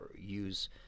use